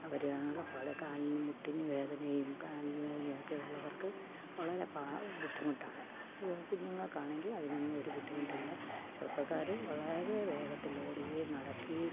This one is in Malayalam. അവര് ആകപ്പാടെ കാലിനും മുട്ടിന് വേദനയും കാലിന് വേദനയൊക്കെ ഉള്ളവര്ക്ക് വളരെ ബുദ്ധിമുട്ടാണ് കുഞ്ഞുങ്ങൾക്കാണെങ്കിൽ അതിനൊന്നും ഒരു ബുദ്ധിമുട്ടില്ല ചെറുപ്പക്കാര് വളരെ വേഗത്തിലോടുകയും നടക്കുകയും